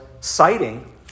citing